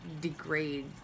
degrade